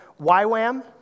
YWAM